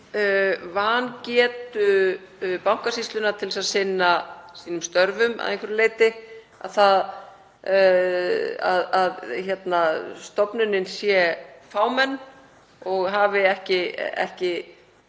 vangetu Bankasýslunnar til að sinna sínum störfum að einhverju leyti, að stofnunin sé fámenn og hafi ekki